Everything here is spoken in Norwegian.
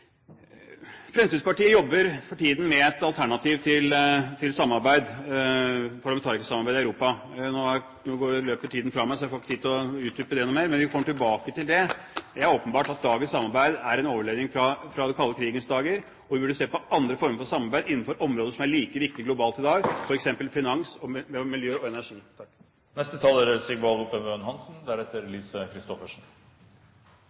Fremskrittspartiet jobber for tiden med et alternativ til parlamentarikersamarbeid i Europa. Nå løper tiden fra meg, så jeg får ikke tid til å utdype det noe mer, men vi kommer tilbake til det. Det er åpenbart at dagens samarbeid er en overlevning fra den kalde krigens dager, og vi burde se på andre former for samarbeid innenfor områder som er like viktige globalt i dag, f.eks. finans, miljø og energi. Organisasjonen for sikkerheit og